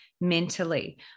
mentally